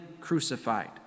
crucified